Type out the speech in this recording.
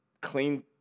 clean